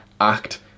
act